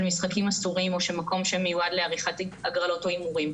משחקים אסורים או מקום שמיועד לעריכת הגרלות או הימורים.